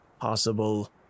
possible